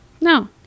No